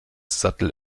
sattel